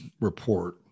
report